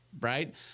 Right